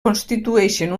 constitueixen